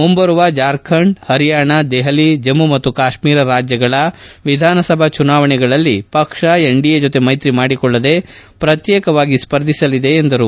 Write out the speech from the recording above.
ಮುಂಬರುವ ಜಾರ್ಖಂಡ್ ಪರಿಯಾಣ ದೆಪಲಿ ಜಮ್ಮ ಮತ್ತು ಕಾಶ್ಮೀರ ರಾಜ್ಯಗಳ ವಿಧಾನಸಭಾ ಚುನಾವಣೆಗಳಲ್ಲಿ ಪಕ್ಷ ಎನ್ಡಿಎ ಜೊತೆ ಮೈತ್ರಿ ಮಾಡಿಕೊಳ್ಳದೇ ಪ್ರತ್ತೇಕವಾಗಿ ಸ್ಪರ್ಧಿಸಲಿದೆ ಎಂದರು